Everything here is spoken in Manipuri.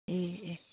ꯑꯦ ꯑꯦ